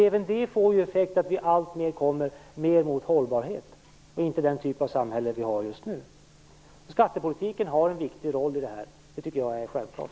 Även detta får effekten att vi alltmer går mot hållbarhet, och inte mot den typ av samhälle vi har just nu. Skattepolitiken har en viktig roll i detta. Det tycker jag är självklart.